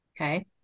Okay